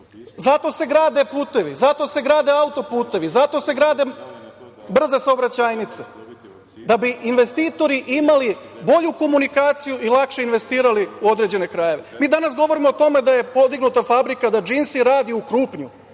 se grade putevi, zato se grade auto-putevi, zato se grade brze saobraćajnice da bi investitori imali bolju komunikaciju i lakše investirali u određene krajeve. Mi danas govorimo o tome da je podignuta fabrika, da „Džinsi“ radi u Krupnju.